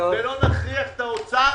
ולא נכריח את האוצר